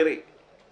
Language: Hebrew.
את